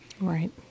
Right